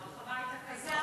הרחבה הייתה קטנה.